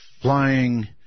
flying